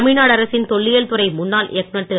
தமிழ்நாடு அரசின் தொல்லியல் துறை முன்னாள் இயக்குனர் திரு